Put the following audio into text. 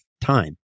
time